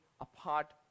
apart